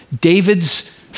David's